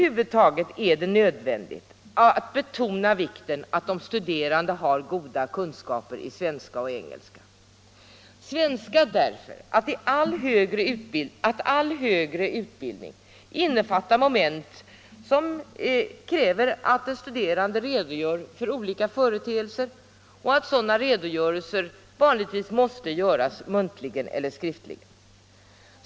Över huvud taget är det nödvändigt att betona vikten av att de studerande har goda kunskaper i svenska och engelska. Det behövs kunskaper i svenska därför att all högre utbildning innefattar moment som kräver att den studerande redogör för olika företeelser, och sådana redogörelser måste vanligtvis göras muntligen eller skriftligen.